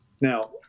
Now